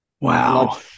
Wow